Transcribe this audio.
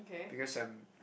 because I'm